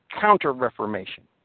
counter-reformation